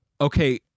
Okay